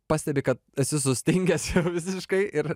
pastebi kad esi sustingęs visiškai ir